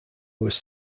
was